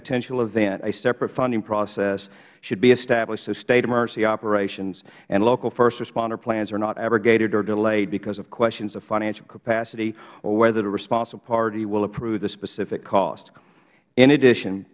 potential event a separate funding process should be established so state emergency operations and local first responder plans are not abrogated or delayed because of questions of financial capacity or whether the responsible party will approve the specific cost in addition